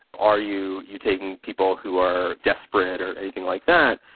are you you taking people who are desperate or anything like that?